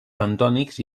bentònics